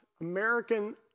American